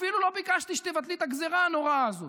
אפילו לא ביקשתי שתבטלי את הגזרה הנוראה הזאת,